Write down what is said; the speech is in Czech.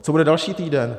Co bude další týden?